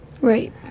right